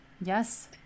Yes